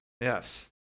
yes